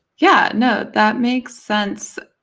yeah you know that makes sense.